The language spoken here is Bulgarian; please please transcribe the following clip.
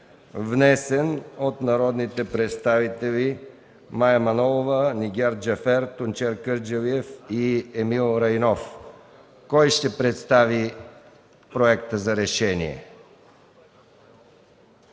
внесен от народните представители Мая Манолова, Нигяр Джафер, Тунчер Кърджалиев и Емил Райнов. Кой ще представи Проекта за решение?